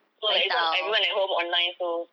so this one everyone at home online so